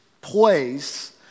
place